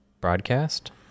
broadcast